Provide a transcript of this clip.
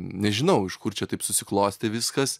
nežinau iš kur čia taip susiklostė viskas